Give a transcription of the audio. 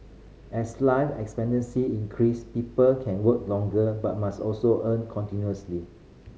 as life expectancy increase people can work longer but must also earn continuously